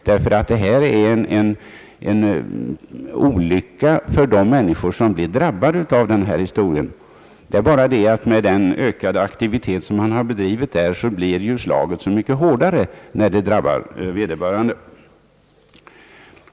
Detta är en olycka för de människor som blir drabbade. Med den ökade aktivitet man har bedrivit blir slaget så mycket hårdare när det nu drabbar vederbörande.